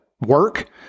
work